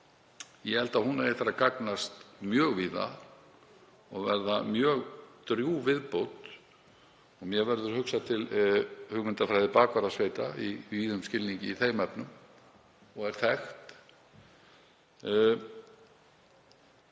Það held ég að eigi eftir að gagnast mjög víða og verða mjög drjúg viðbót. Mér verður hugsað til hugmyndafræði bakvarðasveita í víðum skilningi í þeim efnum og er þekkt.